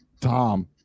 Tom